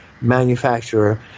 manufacturer